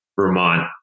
Vermont